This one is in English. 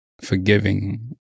forgiving